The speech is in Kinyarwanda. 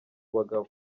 bagabo